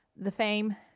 the fame,